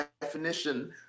definition